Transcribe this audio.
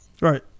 Right